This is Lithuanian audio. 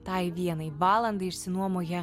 tai vienai valandai išsinuomojo